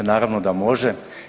Naravno da može.